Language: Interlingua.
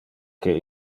que